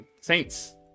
Saints